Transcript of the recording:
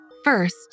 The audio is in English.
First